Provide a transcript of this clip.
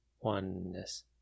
Oneness